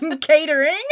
catering